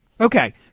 Okay